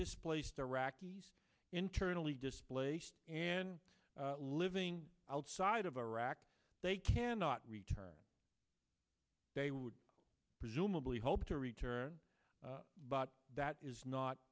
displaced iraqis internally displaced and living outside of iraq they cannot return they would presumably hope to return but that is